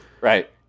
right